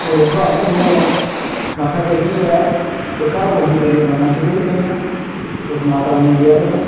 तो इस बास्तै में मत्था टेकियै ते घर कोठियां मेरी बनना शुरू होई पेइयां उस माता रानी दी दया कन्नै